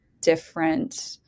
different